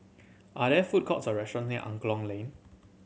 are there food courts or restaurant near Angklong Lane